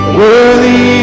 worthy